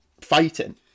fighting